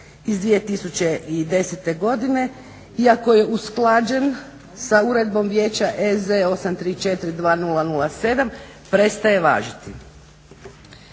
iz 2010. godine iako je usklađen sa Uredbom Vijeća EZ 834/2007. prestaje važiti.